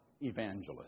evangelist